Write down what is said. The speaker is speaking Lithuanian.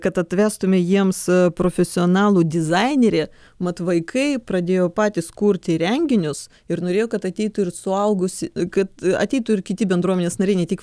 kad atvestume jiems profesionalų dizainerį mat vaikai pradėjo patys kurti renginius ir norėjo kad ateitų ir suaugusi kad ateitų ir kiti bendruomenės nariai ne tik